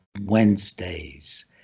Wednesdays